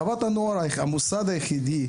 חוות הנוער המוסד היחידי,